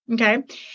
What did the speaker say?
Okay